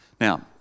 Now